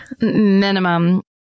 Minimum